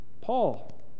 Paul